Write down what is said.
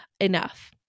enough